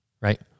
right